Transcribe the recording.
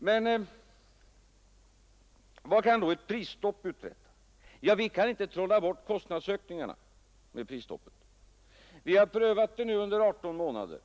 sedan. Vad kan då ett prisstopp uträtta? Vi kan inte trolla bort kostnadsökningarna med prisstopp. Vi har prövat det under 18 månader.